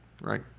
Right